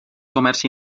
comerç